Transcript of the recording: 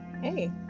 hey